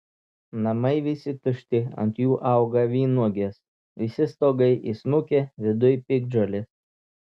namai visi tušti ant jų auga vynuogės visi stogai įsmukę viduj piktžolės